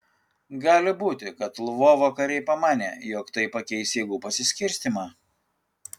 gali būti kad lvovo kariai pamanė jog tai pakeis jėgų pasiskirstymą